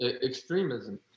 extremism